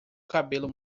cabelo